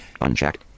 unchecked